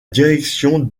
direction